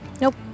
Nope